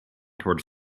toward